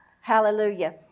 Hallelujah